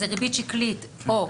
זו ריבית שקלית או.